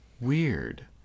Weird